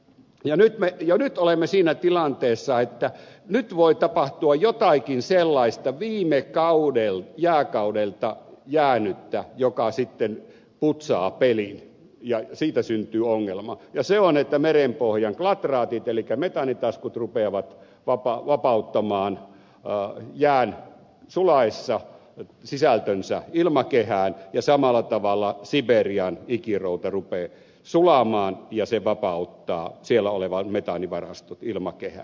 jo nyt olemme siinä tilanteessa että nyt voi tapahtua jotakin sellaista viime jääkaudelta jäänyttä joka sitten putsaa pelin ja siitä syntyy ongelma ja se on että merenpohjan glatraatit elikkä metaanitaskut rupeavat vapauttamaan jään sulaessa sisältönsä ilmakehään ja samalla tavalla siperian ikirouta rupeaa sulamaan ja se vapauttaa siellä olevat metaanivarastot ilmakehään